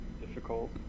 difficult